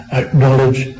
acknowledge